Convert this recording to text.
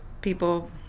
people